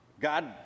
God